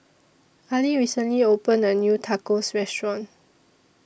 Aili recently opened A New Tacos Restaurant